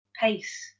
pace